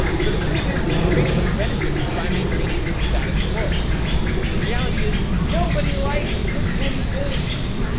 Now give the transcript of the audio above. so the truth is facebook benefits by maintaining this status quo because the reality is nobody likes this many things.